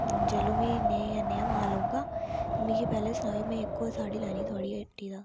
जेल्लू बी नेह् जां नेहा माल औगा ते मिगी पैह्ले सनाएयो मै इक होर साड़ी लैनी थुआढ़ी हट्टी दा